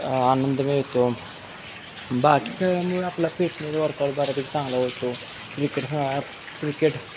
आनंद मिळतो बाकीमुळे आपला फिटनेस वर्कआऊट बऱ्यापैकी चांगला होतो विकेट हां क्रिकेट